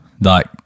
like-